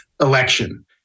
election